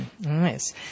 Nice